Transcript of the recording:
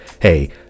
hey